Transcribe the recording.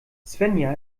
svenja